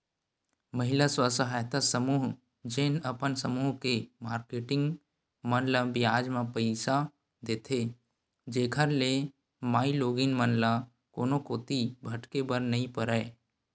महिला स्व सहायता समूह जेन अपन समूह के मारकेटिंग मन ल बियाज म पइसा देथे, जेखर ले माईलोगिन मन ल कोनो कोती भटके बर नइ परय